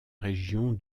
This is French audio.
région